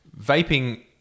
vaping